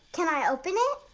can i open it?